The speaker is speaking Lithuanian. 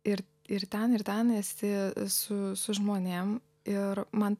ir ir ten ir ten esi su su žmonėm ir man